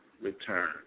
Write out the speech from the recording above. return